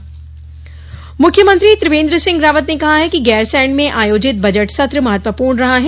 पत्रकार वार्ता मुख्यमंत्री त्रिवेन्द्र सिंह रावत ने कहा है कि गैरसैंण में आयोजित बजट सत्र महत्वपूर्ण रहा है